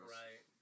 right